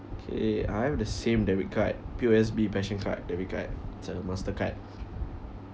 okay I have the same debit card P_O_S_B passion card debit card it's a Mastercard